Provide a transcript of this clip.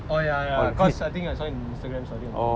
oh ya ya because I think I saw in Instagram story or something